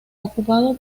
ocupado